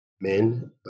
men